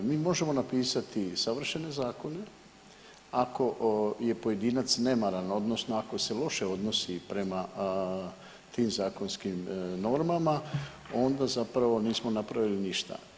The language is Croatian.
Mi možemo napisati savršene zakone ako je pojedinac nemaran, odnosno ako se loše odnosi prema tim zakonskim normama onda zapravo nismo napravili ništa.